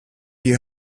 you